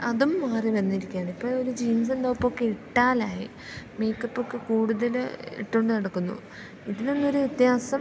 അതും മാറി വന്നിരിക്കുകയാണ് ഇപ്പോൾ ഒരു ജീൻസും ടോപ്പൊക്കെ ഇട്ടാലായി മേക്കപ്പൊക്ക കൂടുതൽ ഇട്ടുകൊണ്ട് നടക്കുന്നു ഇതിനൊന്നും ഒരു വ്യത്യാസം